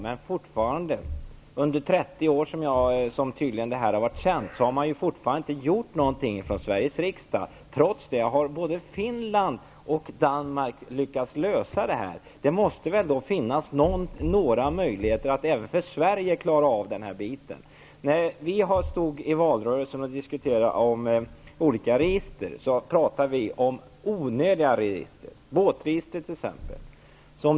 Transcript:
Men tydligen har fusket varit känt i 30 år, och Sveriges riksdag har fortfarande inte gjort någonting, trots att både Finland och Danmark har lyckats lösa problemet. Det måste väl finnas några möjligheter även för Sverige att klara av den här saken. När vi diskuterade register i valrörelsen, pratade vi om onödiga register, båtregister t.ex.